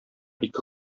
ике